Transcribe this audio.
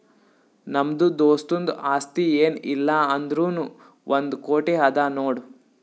ನಮ್ದು ದೋಸ್ತುಂದು ಆಸ್ತಿ ಏನ್ ಇಲ್ಲ ಅಂದುರ್ನೂ ಒಂದ್ ಕೋಟಿ ಅದಾ ನೋಡ್